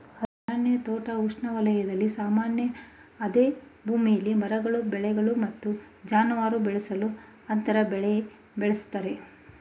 ಅರಣ್ಯ ತೋಟ ಉಷ್ಣವಲಯದಲ್ಲಿ ಸಾಮಾನ್ಯ ಅದೇ ಭೂಮಿಲಿ ಮರಗಳು ಬೆಳೆಗಳು ಮತ್ತು ಜಾನುವಾರು ಬೆಳೆಸಲು ಅಂತರ ಬೆಳೆ ಬಳಸ್ತರೆ